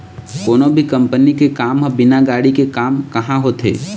कोनो भी कंपनी के काम ह बिना गाड़ी के काम काँहा होथे